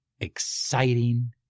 exciting